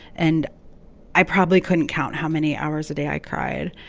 and i probably couldn't count how many hours a day i cried.